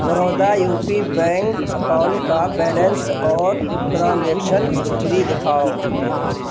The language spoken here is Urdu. Baroda U P bank account کا بیلنس اور ٹرانزیکشن ہسٹری دکھاؤ